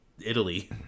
italy